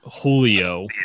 Julio